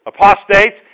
apostates